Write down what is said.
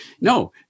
No